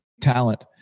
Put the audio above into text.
talent